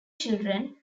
children